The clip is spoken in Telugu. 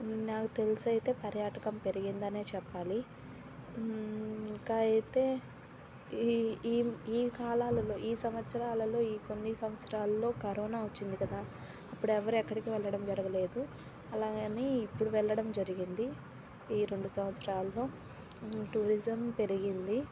నాకు తెలిసి అయితే పర్యాటకం పెరిగింది అనే చెప్పాలి ఇంకా అయితే ఈ ఈ ఈ కాలాలలో ఈ సంవత్సరాలలో ఈ కొన్ని సంవత్సరాలలో కరోనా వచ్చింది కదా అప్పుడు ఎవ్వరూ ఎక్కడికి వెళ్ళడం జరుగలేదు అలా అని ఇప్పుడు వెళ్ళడం జరిగింది ఈ రెండు సంవత్సరాలలో టూరిజం పెరిగింది